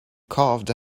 carved